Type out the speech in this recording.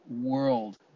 world